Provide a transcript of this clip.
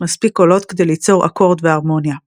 מספיק קולות כדי ליצור אקורד והרמוניה.